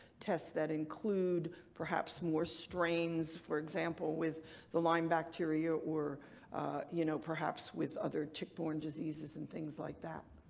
tests that include perhaps more strains, for example, with the lyme bacteria or you know perhaps with other tick-borne diseases and things like that.